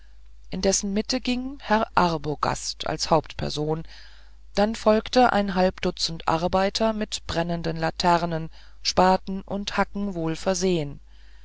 in dessen mitte ging herr arbogast als hauptperson dann folgten ein halb dutzend arbeiter mit brennenden laternen spaten und hacken wohl versehen